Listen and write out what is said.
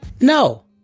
No